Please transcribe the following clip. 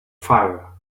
fire